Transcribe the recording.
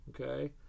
okay